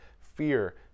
fear